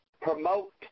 promote